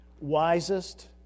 wisest